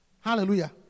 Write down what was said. Hallelujah